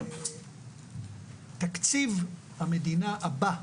תקציב המדינה הבא,